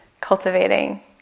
cultivating